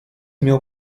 miał